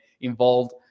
involved